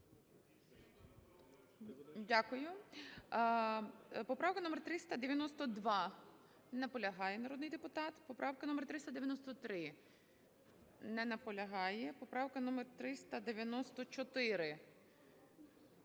Дякую. Поправка номер 392. Не наполягає народний депутат. Поправка номер 393. Не наполягає. Поправка номер 394.